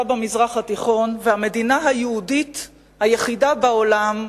במזרח התיכון והמדינה היהודית היחידה בעולם,